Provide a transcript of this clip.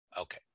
Okay